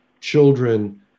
children